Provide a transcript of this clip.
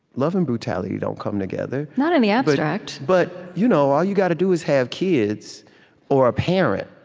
love and brutality don't come together. not in the abstract but you know all you got to do is have kids or a parent,